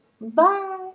Bye